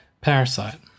Parasite